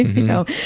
you know,